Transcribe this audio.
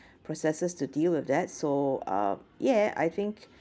processes to deal with that so uh yeah I think